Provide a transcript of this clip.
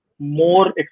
more